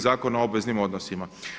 Zakona o obveznim odnosima.